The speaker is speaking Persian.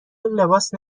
لباس